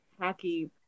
hacky